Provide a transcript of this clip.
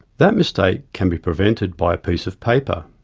that mistake can be prevented by a piece of paper.